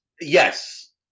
Yes